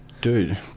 dude